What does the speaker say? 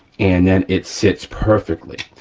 and then it sits perfectly.